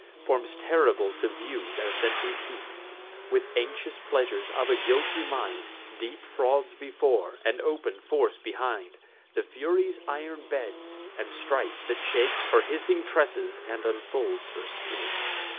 forms terrible to view, their sentry keep with anxious pleasures of a guilty mind, deep frauds before, and open force behind the furies' iron beds and strife, that shakes her hissing tresses and unfolds her snakes.